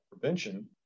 prevention